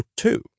two